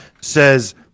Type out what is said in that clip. says